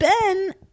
ben